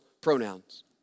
pronouns